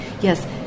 Yes